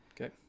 okay